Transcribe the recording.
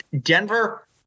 Denver